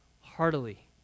heartily